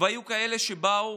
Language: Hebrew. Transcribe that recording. והיו כאלה שבאו